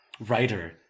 writer